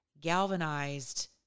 galvanized